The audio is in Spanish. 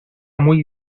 muy